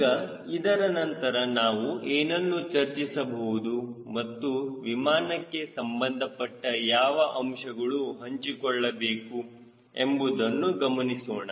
ಈಗ ಇದರ ನಂತರ ನಾವು ಏನನ್ನು ಚರ್ಚಿಸಬಹುದು ಮತ್ತು ವಿಮಾನಕ್ಕೆ ಸಂಬಂಧಪಟ್ಟ ಯಾವ ಅಂಶಗಳು ಹಂಚಿಕೊಳ್ಳಬೇಕು ಎಂಬುದನ್ನು ಗಮನಿಸೋಣ